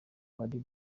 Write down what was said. padiri